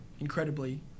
incredibly